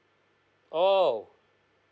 oh